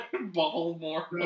Baltimore